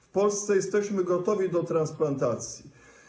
W Polsce jesteśmy gotowi do transplantacji.